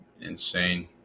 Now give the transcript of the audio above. insane